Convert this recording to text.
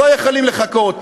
לא יכולים לחכות.